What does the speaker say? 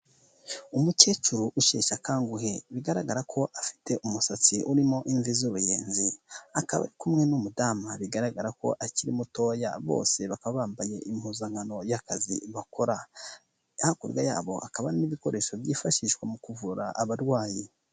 Umukecuru usheshe akanguhe bigaragara ko afite umusatsi urimo imvi z'uruyenzi, akaba ari kumwe n'umudamu bigaragara ko akiri mutoya bose bakaba bambaye impuzankano y'akazi bakora, hakurya yabo hakaba hari n'ibikoresho byifashishwa mu kuvura abarwayi.